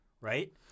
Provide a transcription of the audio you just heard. right